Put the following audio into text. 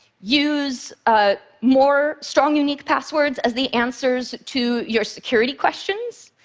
use ah more strong, unique passwords as the answers to your security questions,